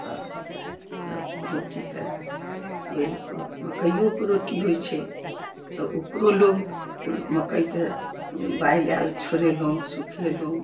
तऽ तब रोटीके बेलिकऽ मकइयोके रोटी होइ छै तऽ ओकरो लोग मकइके बालि आयल छोड़ेलहुँ सुखेलहुँ